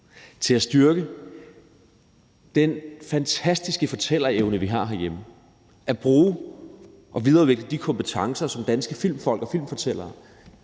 til at styrke den fantastiske fortællerevne, vi har herhjemme, og bruge og videreudvikle de kompetencer, som danske filmfolk og filmfortællere